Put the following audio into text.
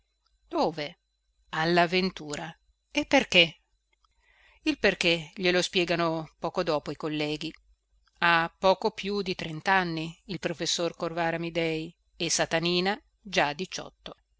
dove alla ventura e perché il perché glielo spiegano poco dopo i colleghi ha poco più di trentanni il professor corvara amidei e satanina già diciotto